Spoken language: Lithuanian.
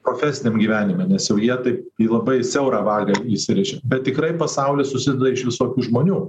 profesiniam gyvenime nes jau jie taip į labai siaurą vagą įsirėžė bet tikrai pasaulis susideda iš visokių žmonių